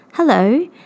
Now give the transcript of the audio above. Hello